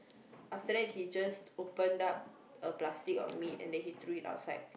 after that he just opened up a plastic of meat and then he threw it outside